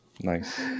Nice